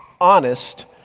honest